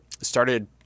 started